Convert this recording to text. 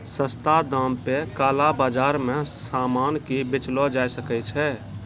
सस्ता दाम पे काला बाजार मे सामान के बेचलो जाय सकै छै